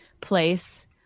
place